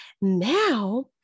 now